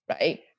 right